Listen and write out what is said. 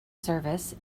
service